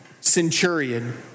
centurion